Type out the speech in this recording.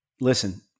listen